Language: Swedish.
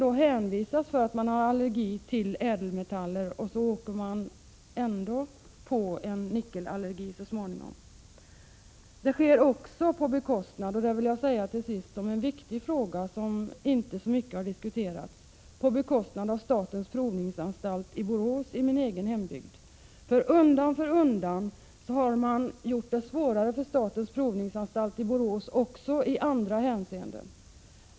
De hänvisas på grund av sin allergi till att använda smycken av ädelmetaller, men de kommer med det nya systemet inte att kunna vara säkra på att de därigenom undgår att så småningom drabbas av nickelallergi. En viktig fråga som inte har diskuterats är att den försämrade kontrollen också sker på bekostnad av statens provningsanstalt i Borås, min egen hembygd. Man har nämligen undan för undan gjort det svårare för statens provningsanstalt också i andra hänseenden.